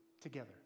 together